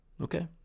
okay